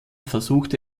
versuchte